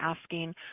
asking